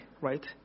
right